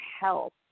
help